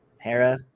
Hera